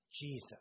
Jesus